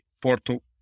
Porto